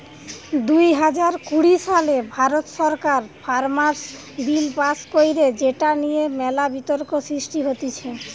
দুই হাজার কুড়ি সালে ভারত সরকার ফার্মার্স বিল পাস্ কইরে যেটা নিয়ে মেলা বিতর্ক সৃষ্টি হতিছে